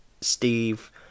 Steve